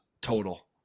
total